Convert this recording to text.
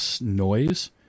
noise